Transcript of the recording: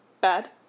bad